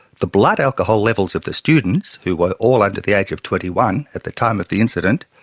the blood alcohol levels of the students, who were all under the age of twenty one at the time of the incident,